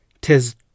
Tis